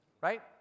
Right